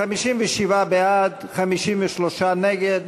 57 בעד, 53 נגד.